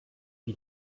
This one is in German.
wie